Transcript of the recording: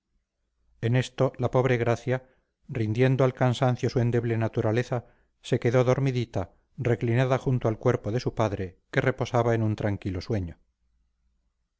en esto la pobre gracia rindiendo al cansancio su endeble naturaleza se quedó dormidita reclinada junto al cuerpo de su padre que reposaba en un tranquilo sueño